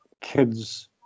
kids